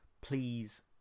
please